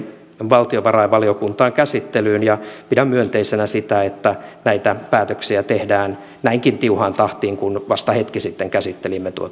valtiovarainvaliokuntaan käsittelyyn ja pidän myönteisenä sitä että näitä päätöksiä tehdään näinkin tiuhaan tahtiin kun vasta hetki sitten käsittelimme